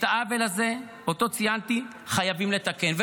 את העוול הזה שציינתי חייבים לתקן,